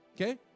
okay